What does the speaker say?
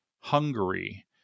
Hungary